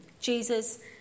Jesus